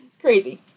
crazy